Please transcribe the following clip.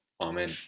Amen